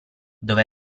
dove